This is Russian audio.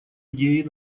идеи